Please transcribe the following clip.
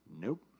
Nope